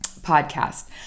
podcast